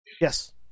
Yes